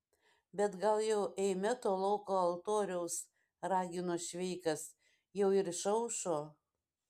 bet gal jau eime to lauko altoriaus ragino šveikas jau ir išaušo